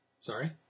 Sorry